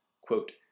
quote